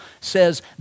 says